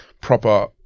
proper